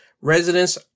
Residents